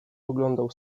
oglądał